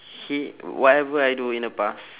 he whatever I do in the past